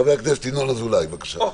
חבר הכנסת ינון אזולאי, בבקשה.